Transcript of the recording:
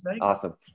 Awesome